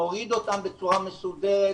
מוריד אותם בצורה מסודרת